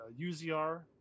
UZR